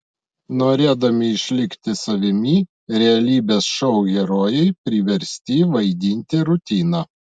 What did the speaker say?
norėdami išlikti savimi realybės šou herojai priversti vaidinti rutiną